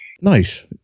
Nice